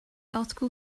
article